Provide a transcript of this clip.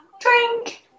Drink